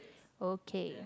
ok